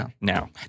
now